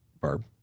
Barb